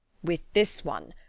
with this one,